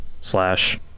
Slash